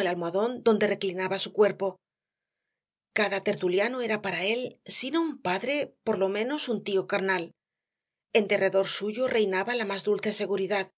el almohadón donde reclinaba su cuerpo cada tertuliano era para él si no un padre por lo menos un tío carnal en derredor suyo reinaba la más dulce seguridad